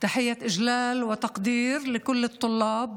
להלן תרגומם: